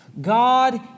God